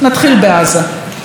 נתחיל בעזה.